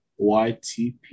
YTP